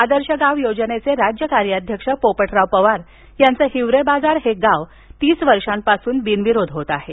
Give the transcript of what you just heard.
आदर्श गाव योजनेचे राज्य कार्याध्यक्ष पोपट पवार यांचं हिवरेबाजार हे गाव तीस वर्षापासून बिनविरोध होत आहे